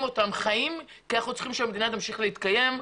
אותם חיים כי אנחנו צריכים שהמדינה תמשיך להתקיים.